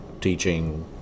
teaching